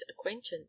acquaintance